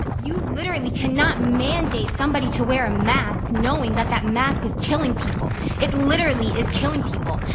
you literally cannot mandate somebody to wear a mask knowing that that mask is killing people. it literally is killing people.